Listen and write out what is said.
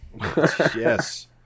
Yes